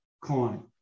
coin